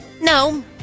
No